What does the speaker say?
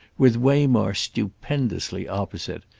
with waymarsh stupendously opposite,